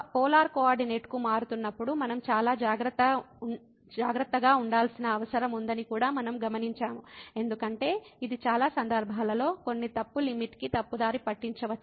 polar కోఆర్డినేట్కు మారుతున్నప్పుడు మనం చాలా జాగ్రత్తగా ఉండాల్సిన అవసరం ఉందని కూడా మనం గమనించాము ఎందుకంటే ఇది చాలా సందర్భాలలో కొన్ని తప్పు లిమిట్ కి తప్పుదారి పట్టించవచ్చు